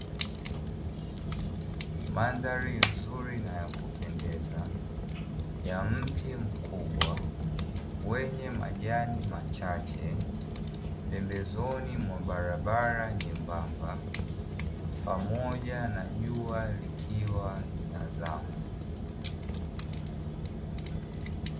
Mandhari nzuri na ya kupendeza ya mti mkubwa, wenye majani machache pembezoni mwa barabara nyembamba pamoja na jua likiwa linazama.